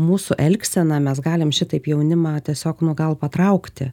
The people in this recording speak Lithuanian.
mūsų elgsena mes galim šitaip jaunimą tiesiog nu gal patraukti